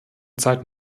zeit